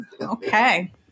Okay